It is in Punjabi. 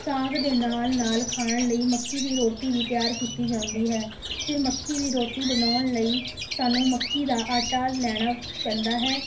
ਸਾਗ ਦੇ ਨਾਲ ਨਾਲ ਖਾਣ ਲਈ ਮੱਕੀ ਦੀ ਰੋਟੀ ਵੀ ਤਿਆਰ ਕੀਤੀ ਜਾਂਦੀ ਹੈ ਫਿਰ ਮੱਕੀ ਦੀ ਰੋਟੀ ਬਣਾਉਣ ਲਈ ਸਾਨੂੰ ਮੱਕੀ ਦਾ ਆਟਾ ਲੈਣਾ ਪੈਂਦਾ ਹੈ